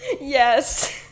Yes-